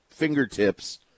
fingertips